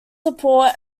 support